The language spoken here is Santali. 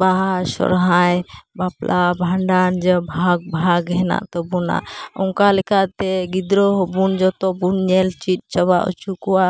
ᱵᱟᱦᱟ ᱥᱚᱦᱨᱟᱭ ᱵᱟᱯᱞᱟ ᱵᱷᱟᱸᱰᱟᱱ ᱥᱮ ᱵᱷᱟᱜᱽ ᱵᱷᱟᱜᱽ ᱦᱮᱱᱟᱜ ᱛᱟᱵᱚᱱᱟ ᱚᱱᱠᱟ ᱞᱮᱠᱟᱛᱮ ᱜᱤᱫᱽᱨᱟᱹ ᱦᱚᱸᱵᱚᱱ ᱡᱚᱛᱚᱵᱚᱱ ᱧᱮᱞ ᱪᱮᱫ ᱪᱟᱵᱟ ᱦᱚᱪᱚ ᱠᱚᱣᱟ